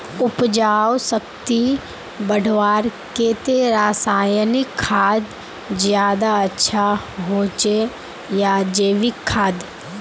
उपजाऊ शक्ति बढ़वार केते रासायनिक खाद ज्यादा अच्छा होचे या जैविक खाद?